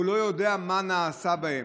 והוא לא יודע מה נעשה בהן.